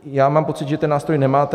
Já mám pocit, že ten nástroj nemáte.